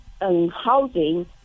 housing